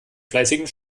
fleißigen